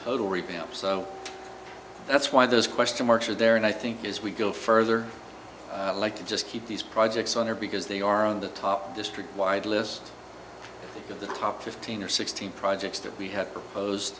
up so that's why those question marks are there and i think as we go further like to just keep these projects on there because they are on the top district wide list of the top fifteen or sixteen projects that we have propose